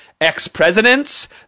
ex-presidents